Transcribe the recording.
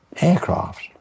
aircraft